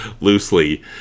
loosely